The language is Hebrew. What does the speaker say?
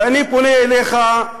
ואני פונה אליך,